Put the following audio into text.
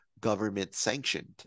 government-sanctioned